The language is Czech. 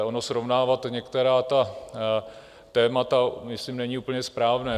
Ono srovnávat některá ta témata myslím není úplně správné.